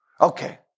Okay